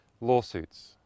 Lawsuits